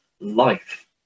life